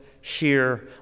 sheer